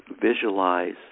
visualize